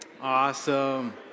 Awesome